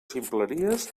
ximpleries